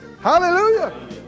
Hallelujah